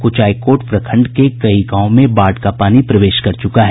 कुचायकोट प्रखंड के कई गांवों में बाढ़ का पानी प्रवेश कर चुका है